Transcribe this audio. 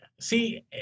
See